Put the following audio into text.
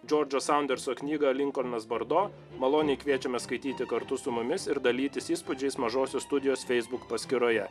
džordžo sanderso knygą linkolnas bordo maloniai kviečiame skaityti kartu su mumis ir dalytis įspūdžiais mažosios studijos feisbuk paskyroje